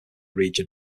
region